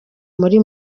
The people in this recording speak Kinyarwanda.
muri